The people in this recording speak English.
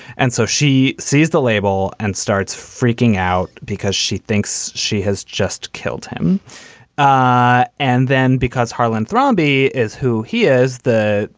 and so she sees the label and starts freaking out because she thinks she has just killed him ah and then because harlan thrombin is who he is, the,